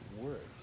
words